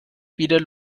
wieder